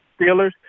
Steelers